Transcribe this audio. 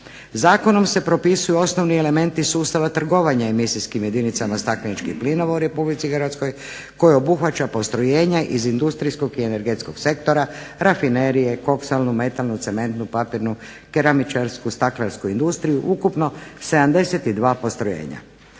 Zakonom se propisuju osnovni elementi sustava trgovanja emisijskim jedinicama stakleničkih plinova u RH koji obuhvaća postrojenja iz industrijskog i energetskog sektora, rafinerije, koksalnu, metalnu, cementnu, papirnu, keramičarsku, staklarsku industriju ukupno 72 postrojenja.